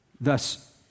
Thus